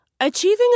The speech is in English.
Achieving